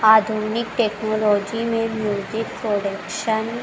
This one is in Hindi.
आधुनिक टेक्नोलॉजी में म्यूज़िक प्रोडक्शन